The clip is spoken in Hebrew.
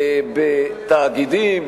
בתאגידים,